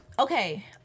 Okay